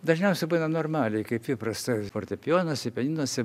dažniausiai būna normaliai kaip įprasta fortepijonuose ir pianinuose